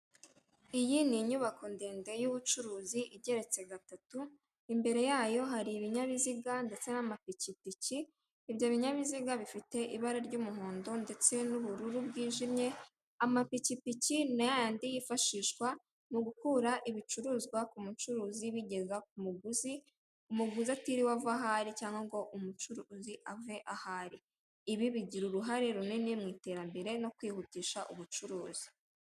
Iyi ni inyubako ndende y'ubucuruzi igeretse gatatu imbere yayo hari ibinyabiziga ndetse n'amapikipiki ibyo binyabiziga bifite ibara ry'umuhondo ndetse n'ubururu bwijimye amapikipiki ni yayandi yifashishwa mu gukura ibicuruzwa ku mucuruzi ibigeza ku muguzi umuguzi atiriwe ava aho ari cyangwa ngo umucuruzi ave aho ari ibi bigira uruhare runini mu iterambere no kwihutusha ubucuruzi.